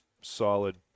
Solid